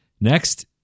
Next